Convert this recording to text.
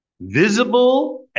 visible